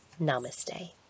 namaste